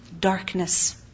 darkness